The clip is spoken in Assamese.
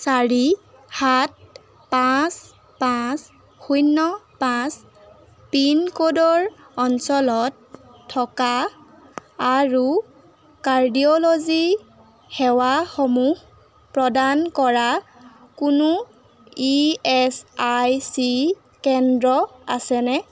চাৰি সাত পাঁচ পাঁচ শূণ্য পাঁচ পিনক'ডৰ অঞ্চলত থকা আৰু কাৰ্ডিঅ'লজি সেৱাসমূহ প্ৰদান কৰা কোনো ইএচআইচি কেন্দ্ৰ আছেনে